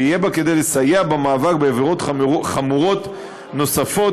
ויהיה בה כדי לסייע במאבק בעבירות חמורות נוספות,